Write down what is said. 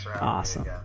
awesome